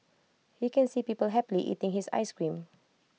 he can see people happily eating his Ice Cream